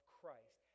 Christ